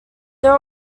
there